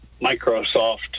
Microsoft